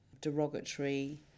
derogatory